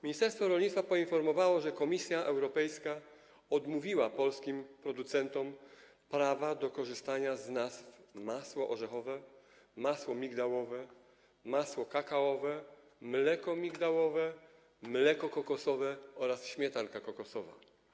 Ministerstwo rolnictwa poinformowało, że Komisja Europejska odmówiła polskim producentom prawa do korzystania z nazw: masło orzechowe, masło migdałowe, masło kakaowe, mleko migdałowe, mleko kokosowe oraz śmietanka kokosowa.